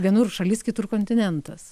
vienur šalis kitur kontinentas